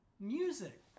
music